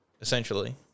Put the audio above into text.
essentially